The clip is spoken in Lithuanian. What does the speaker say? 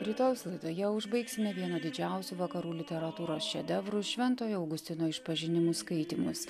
rytojaus laidoje užbaigsime vieno didžiausių vakarų literatūros šedevrų šventojo augustino išpažinimų skaitymus